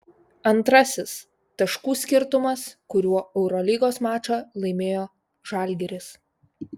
antrasis taškų skirtumas kuriuo eurolygos mačą laimėjo žalgiris